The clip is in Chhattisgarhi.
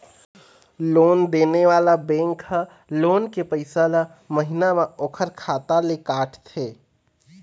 लोन देने वाला बेंक ह लोन के पइसा ल महिना म ओखर खाता ले काटथे